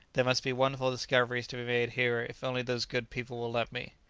there must be wonderful discoveries to be made here if only those good people will let me.